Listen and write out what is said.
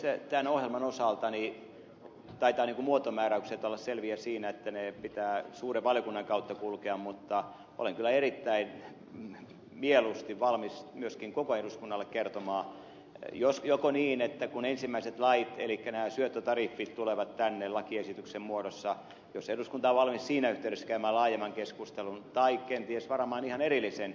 tämän ohjelman osalta taitavat muotomääräykset olla selviä siinä että sen pitää suuren valiokunnan kautta kulkea mutta olen kyllä erittäin mieluusti valmis myöskin koko eduskunnalle kertomaan joko sitten kun ensimmäiset lait elikkä nämä syöttötariffit tulevat tänne lakiesityksen muodossa jos eduskunta on valmis siinä yhteydessä käymään laajemman keskustelun tai kenties pyritään varaamaan ihan erillinen keskustelutuokio